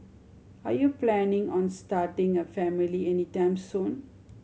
are you planning on starting a family anytime soon